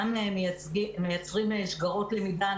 גם מייצרים שגרות למידה,